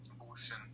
abortion